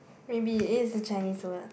maybe it's a Chinese word